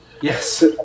Yes